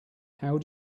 how